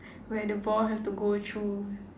where the ball have to go through